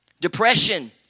depression